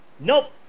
Nope